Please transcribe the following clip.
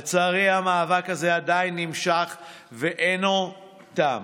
לצערי, המאבק הזה עדיין נמשך ולא תם.